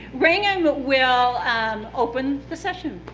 rangam but will um open the session.